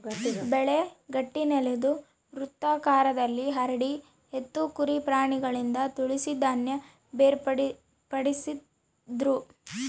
ಬೆಳೆ ಗಟ್ಟಿನೆಲುದ್ ವೃತ್ತಾಕಾರದಲ್ಲಿ ಹರಡಿ ಎತ್ತು ಕುರಿ ಪ್ರಾಣಿಗಳಿಂದ ತುಳಿಸಿ ಧಾನ್ಯ ಬೇರ್ಪಡಿಸ್ತಿದ್ರು